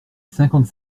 cinquante